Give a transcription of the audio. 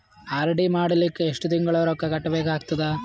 RD ಮಾಡಲಿಕ್ಕ ಎಷ್ಟು ತಿಂಗಳ ರೊಕ್ಕ ಕಟ್ಟಬೇಕಾಗತದ?